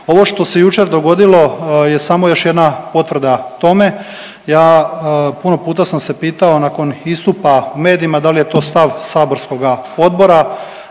Ovo što se jučer dogodilo je samo još jedna potvrda tome. Ja puno puta sam se pitao nakon istupa u medijima da li je to stav saborskoga odbora